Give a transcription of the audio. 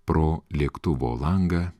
pro lėktuvo langą